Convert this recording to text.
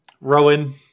Rowan